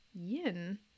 yin